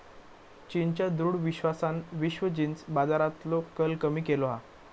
चीनच्या दृढ विश्वासान विश्व जींस बाजारातलो कल कमी केलो हा